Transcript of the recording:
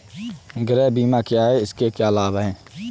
गृह बीमा क्या है इसके क्या लाभ हैं?